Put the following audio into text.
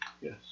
Yes